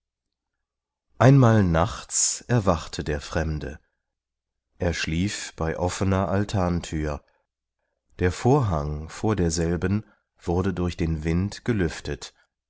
einmal nachts erwachte der fremde er schlief bei offener altanthür der vorhang vor derselben wurde durch den wind gelüftet